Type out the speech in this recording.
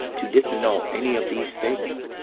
to disannul any of these things,